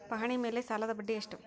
ಪಹಣಿ ಮೇಲೆ ಸಾಲದ ಬಡ್ಡಿ ಎಷ್ಟು?